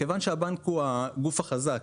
מכיוון שהבנק הוא הגוף החזק,